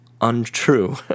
untrue